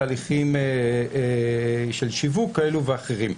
תהליכי של שיווק כאלה ואחרים.